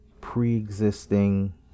pre-existing